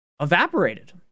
evaporated